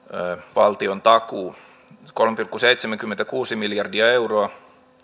valtiontakuu kolme pilkku seitsemänkymmentäkuusi miljardia euroa